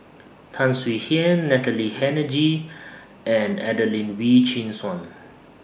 Tan Swie Hian Natalie Hennedige and Adelene Wee Chin Suan